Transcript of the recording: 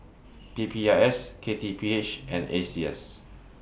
P P I S K T P H and A C S